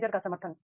manager का समर्थन